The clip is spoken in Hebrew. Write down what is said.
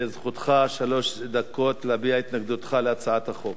לזכותך שלוש דקות להביע את התנגדותך להצעת החוק.